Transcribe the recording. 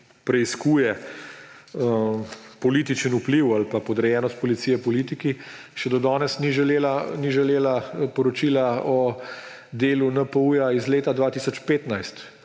preiskuje političen vpliv ali pa podrejenost policije politiki, še do danes ni želel poročila o delu NPU iz leta 2015,